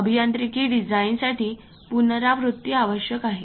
अभियांत्रिकी डिझाइनसाठी पुनरावृत्ती आवश्यक आहे